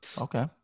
okay